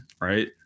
right